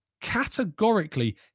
Categorically